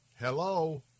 Hello